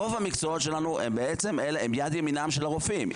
המקצוע שלנו הוא יד ימינם של הרופאים.